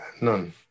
none